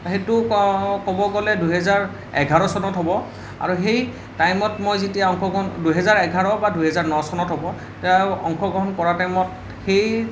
সেইটো ক'ব গ'লে দুহেজাৰ এঘাৰ চনত হ'ব আৰু সেই টাইমত মই যেতিয়া অংশগ্ৰহণ দুহেজাৰ এঘাৰ বা দুই হেজাৰ ন চনত হ'ব তাত অংশগ্ৰহণ কৰা টাইমত সেই